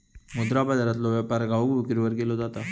मुद्रा बाजारातलो व्यापार घाऊक विक्रीवर केलो जाता